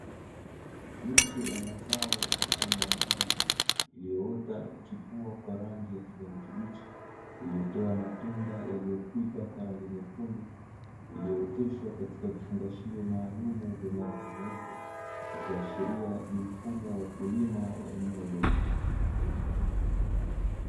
Miche ya mazao mfano wa nyanya iliyoota na kuchipua kwa rangi ya kijani kibichi, iliyotoa matunda yaliyo kuiva kwa rangi nyekundu, iliyooteshwa kwa vifungashio maalumu yenye rangi nyeupe. Ikiashiria ni mfumo wa ukulima wa eneo dogo.